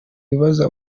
bibabaza